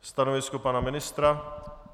Stanovisko pana ministra?